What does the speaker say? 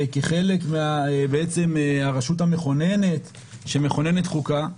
כחלק בעצם מהרשות המכוננת שמכוננת חוקה,